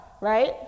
right